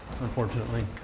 Unfortunately